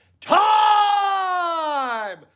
time